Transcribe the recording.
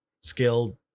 Skilled